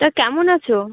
তা কেমন আছো